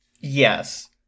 Yes